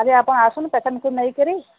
ଆଜ୍ଞ ଆପଣ ଆସୁନ୍ ପେସେଣ୍ଟକୁ ନେଇକରି